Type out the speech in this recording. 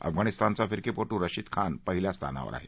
अफगाणिस्तानचा फिरकीपटू रशीद खान पहिल्या स्थानावर आहे